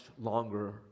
longer